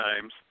times